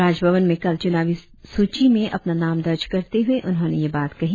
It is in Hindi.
राज भवन में कल चुनावी सूची में अपना नाम दर्ज करते हुए उन्होंने यह बात कही